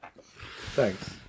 Thanks